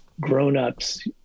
grown-ups